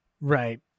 Right